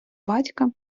батька